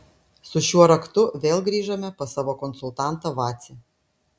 su šiuo raktu vėl grįžome pas savo konsultantą vacį